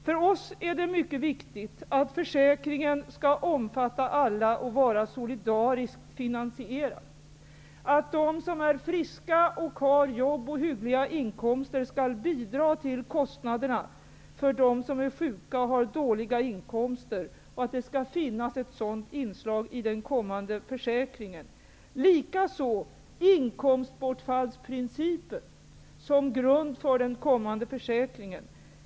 För oss är det mycket viktigt att försäkringen skall omfatta alla och att den skall vara solidariskt finansierad. De som är friska, de som har jobb och hyggliga inkomster skall bidra till att täcka kostnaderna för dem som är sjuka och har låga inkomster. Ett sådant inslag bör finnas i den kommande försäkringen. Samma sak gäller för inkomstbortfallsprincipen som grund för den kommande försäkringen.